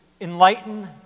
enlighten